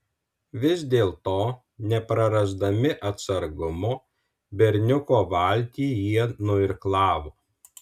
vis dėlto neprarasdami atsargumo berniuko valtį jie nuirklavo